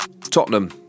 Tottenham